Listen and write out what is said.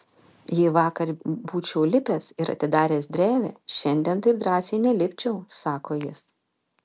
jei vakar būčiau lipęs ir atidaręs drevę šiandien taip drąsiai nelipčiau sako jis